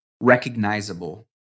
recognizable